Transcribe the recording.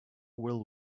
will